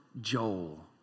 Joel